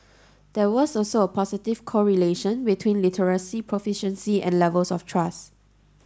there was also a positive correlation between literacy proficiency and levels of trust